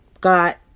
got